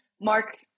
Mark